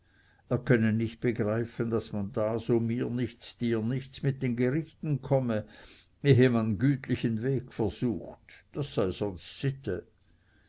er könne nicht begreifen daß man da so mir nichts dir nichts mit den gerichten komme ehe man gütlichen weg versucht das sei sonst sitte